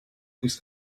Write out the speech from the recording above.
wyt